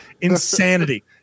insanity